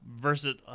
Versus